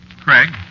Craig